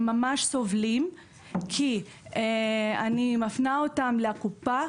הם ממש סובלים כי אני מפנה אותם לקופה,